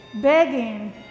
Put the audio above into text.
begging